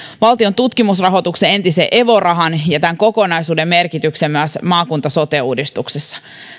valtion tutkimusrahoituksen entisen evo rahan ja tämän kokonaisuuden merkityksen myös maakunta sote uudistuksessa